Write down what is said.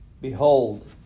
behold